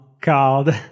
called